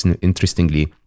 interestingly